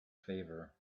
favor